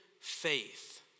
faith